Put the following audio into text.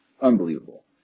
unbelievable